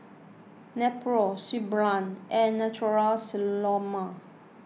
Nepro Suu Balm and Natura Stoma